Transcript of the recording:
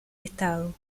estado